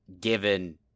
given